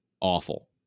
awful